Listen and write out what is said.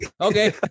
Okay